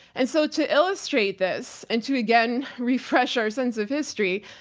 and so to illustrate this and to again refresh our sense of history,